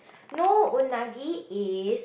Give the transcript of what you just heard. no unagi is